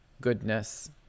goodness